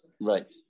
right